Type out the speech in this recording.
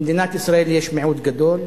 במדינת ישראל יש מיעוט גדול,